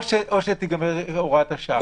או תיגמר הוראת השעה.